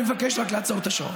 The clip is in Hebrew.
אני מבקש רק לעצור את השעון.